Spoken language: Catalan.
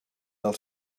del